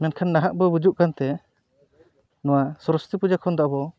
ᱢᱮᱱᱠᱷᱟᱱ ᱱᱟᱦᱟᱜ ᱫᱚ ᱵᱩᱡᱩᱜ ᱠᱟᱱᱛᱮ ᱱᱚᱣᱟ ᱥᱚᱨᱚᱥᱚᱛᱤ ᱯᱩᱡᱟᱹ ᱠᱷᱚᱱ ᱫᱚ ᱟᱵᱚ